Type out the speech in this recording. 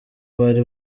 bari